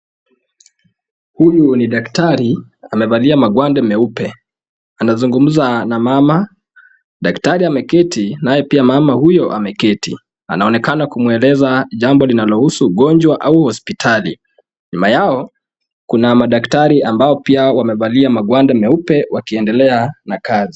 Huyu ni daktari amevalia magwanda meupe anazungumza na mama. Daktari ameketi naye pia mama huyo ameketi. Anaonekana kumweleza jambo ambalo linalohusu ugonjwa au hospitali. Nyuma yao kuna madaktari ambao pia wamevalia magwanda meupe wakiendelea na kazi.